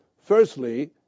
Firstly